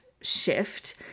shift